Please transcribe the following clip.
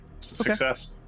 success